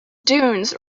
dunes